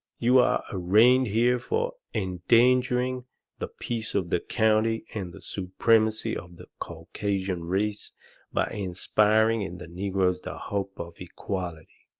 you are arraigned here for endangering the peace of the county and the supremacy of the caucasian race by inspiring in the negroes the hope of equality